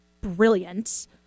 brilliant